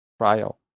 trial